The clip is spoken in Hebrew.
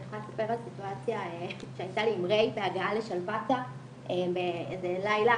אני יכולה לספר על סיטואציה שהייתה לי עם ריי בהגעה לשלוותה באיזה לילה,